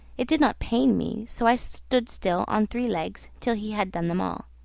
it did not pain me, so i stood still on three legs till he had done them all.